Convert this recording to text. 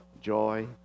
joy